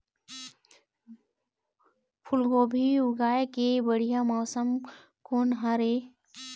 फूलगोभी उगाए के बढ़िया मौसम कोन हर ये?